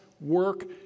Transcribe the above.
work